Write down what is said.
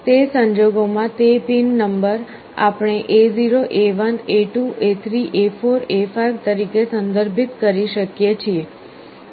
તે સંજોગોમાં તે પિન નંબર આપણે A0 A1 A2 A3 A4 A5 તરીકે સંદર્ભિત કરી શકીએ છીએ